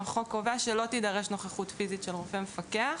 החוק קובע שלא תידרש נוכחות פיזית של אותו מפקח